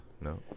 No